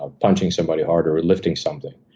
ah punching somebody harder, or lifting something.